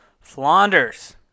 Flanders